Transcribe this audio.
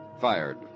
Fired